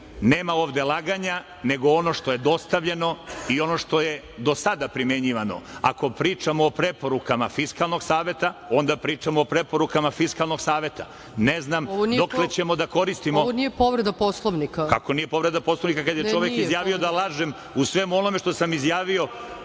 nema ovde laganja, nego ono što je dostavljeno i ono što je do sada primenjivano. Ako pričamo o preporukama Fiskalnog saveta onda pričamo o preporukama Fiskalnog saveta. Ne znam dokle ćemo da koristimo… **Ana Brnabić** Ovo nije povreda Poslovnika. **Borislav Antonijević** Kako nije povreda Poslovnika kad je čovek izjavio da lažem u svemu onome što sam izjavio,